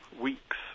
weeks